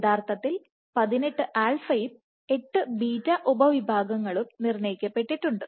യഥാർത്ഥത്തിൽ 18 ആൽഫയും∝ 8 ബീറ്റ β ഉപ വിഭാഗങ്ങളും നിർണയിക്കപ്പെട്ടുണ്ട്